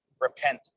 repent